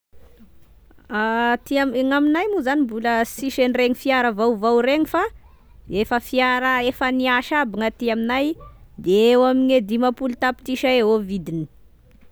A aty ami- gny aminay moa zany mbola sisy an'iregny fiara vaovao iregny fa efa fiara efa niasa aby gny aty aminay dia eo amine dimampolo tapitrisa eo vidiny.